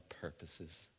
purposes